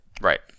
Right